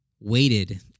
waited